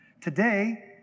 Today